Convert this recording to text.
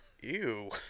Ew